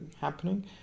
happening